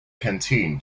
canteen